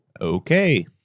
Okay